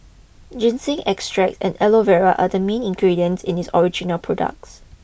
ginseng extracts and Aloe Vera are the main ingredients in its original products